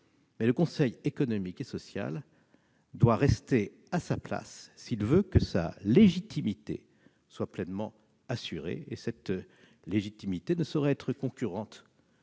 mais le Conseil économique, social et environnemental doit rester à sa place s'il veut que sa légitimité soit pleinement assurée. Cette légitimité ne saurait être concurrente